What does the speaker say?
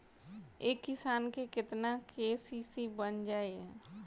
एक किसान के केतना के.सी.सी बन जाइ?